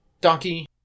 Donkey